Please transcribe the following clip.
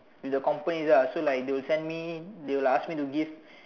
the companies ah so like they will send me they will ask me to give